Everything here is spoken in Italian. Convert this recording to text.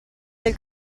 del